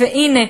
והנה,